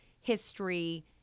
history